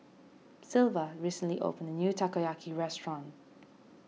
Sylva recently opened a new Takoyaki restaurant